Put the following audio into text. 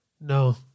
No